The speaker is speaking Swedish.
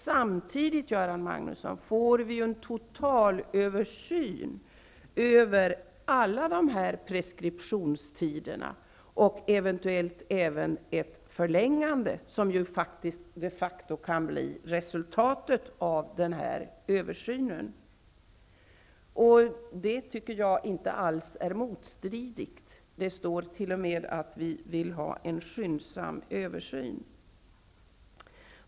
Samtidigt får vi, Göran Magnusson, en total översyn av samtliga preskriptionstider här och eventuellt en förlängning -- som de facto kan bli resultatet av denna översyn. Dessa saker tycker jag alls inte är motstridiga. Det står t.o.m. att vi vill ha en skyndsam översyn.